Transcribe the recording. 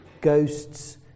ghosts